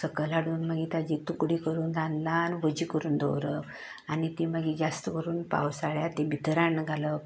सकल हाडून मागीर ताजें तुकडें करून ल्हान ल्हान वजीं करून दवरप आनी ती मागीर जास्त करून पावसाळ्यांत ती भतर हाड्न घालप